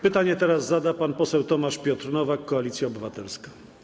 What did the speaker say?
Pytanie teraz zada pan poseł Tomasz Piotr Nowak, Koalicja Obywatelska.